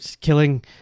killing